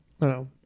No